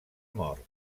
mort